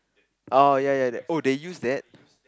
oh ya ya that oh they use that